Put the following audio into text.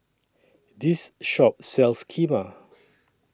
This Shop sells Kheema